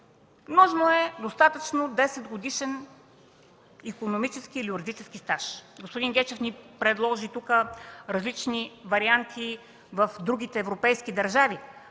и опит, достатъчно е десетгодишен икономически или юридически стаж. Господин Гечев ни предложи тук различни варианти в другите европейски държави,